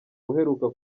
uheruka